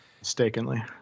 Mistakenly